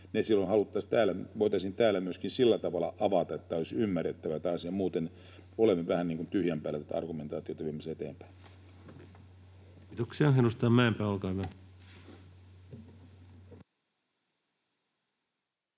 että ne voitaisiin täällä myöskin sillä tavalla avata, että tämä asia olisi ymmärrettävä, muuten olemme vähän niin kuin tyhjän päällä tätä argumentaatiota viemässä eteenpäin. Kiitoksia. — Edustaja Mäenpää, olkaa hyvä.